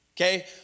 okay